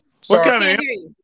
sorry